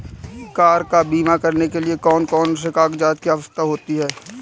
Car का बीमा करने के लिए कौन कौन से कागजात की आवश्यकता होती है?